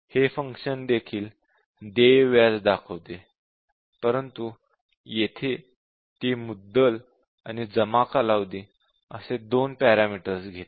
हे फंक्शन देखील देय व्याज दाखवते परंतु येथे ते मुद्दल आणि जमा कालावधी असे दोन पॅरामीटर्स घेते